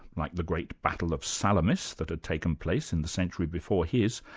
like the great battle of salamis that had taken place in the century before his,